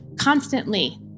constantly